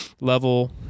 level